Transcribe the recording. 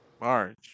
March